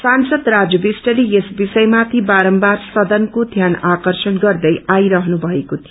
सांसद राजु विष्टले यस विषयमाथि बारम्बार सदनको ध्यान आकर्षण गर्दै आइरहनु भएको थियो